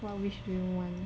what wish do you want